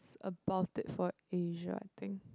about it for Asia I think